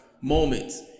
moments